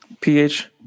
pH